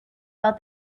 felt